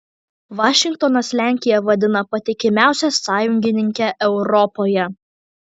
vašingtonas lenkiją vadina patikimiausia sąjungininke europoje